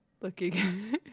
Looking